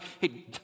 hey